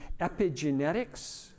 epigenetics